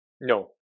no